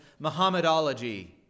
Muhammadology